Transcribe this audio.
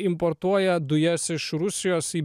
importuoja dujas iš rusijos į